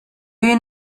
you